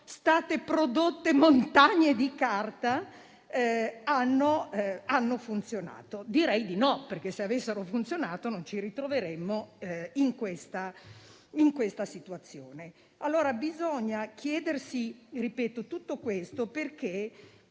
state prodotte montagne di carta, hanno funzionato. Direi di no perché se avessero funzionato, non ci ritroveremmo in questa situazione. Bisogna porsi queste domande perché